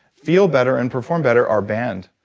feel better and perform better are banned.